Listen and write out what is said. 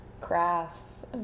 crafts